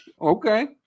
okay